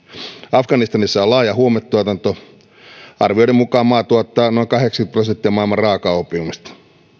afganistanissa on laaja huumetuotanto arvioiden mukaan maa tuottaa noin kahdeksankymmentä prosenttia maailman raakaoopiumista